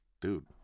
dude